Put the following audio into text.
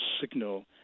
signal